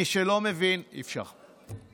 מי שלא מבין, אי-אפשר.